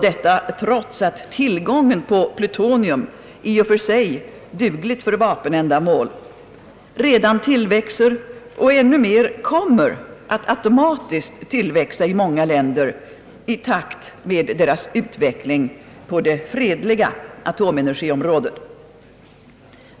Detta trots att tillgången på plutonium, i och för sig dugligt för vapenändamål, redan tillväxer och än mer kommer att automatiskt tillväxa i många länder, i takt med deras utveckling på det fredliga atomenergiområdet.